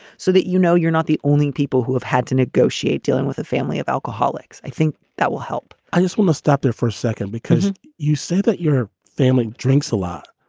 so that, you know, you're not the only people who have had to negotiate dealing with a family of alcoholics. i think that will help i just want to stop there for a second, because you say that your family drinks a lot.